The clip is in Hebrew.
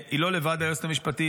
היא לא לבד, היועצת המשפטית.